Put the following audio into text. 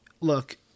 Look